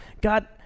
God